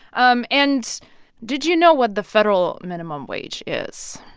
um and did you know what the federal minimum wage is?